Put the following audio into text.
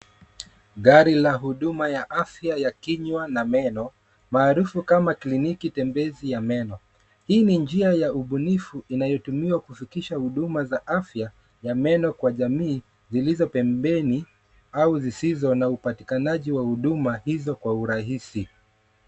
Gari la huduma ya afya ya kinywa na meno, maarufu kama kliniki tembezi ya meno. Hii ni njia ya ubunifu inayotumiwa kufikisha huduma za afya ya meno kwa jamii zilizo pembeni au zisizo na upatikanaji wa huduma hizo kwa urahisi.